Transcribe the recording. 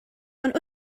ond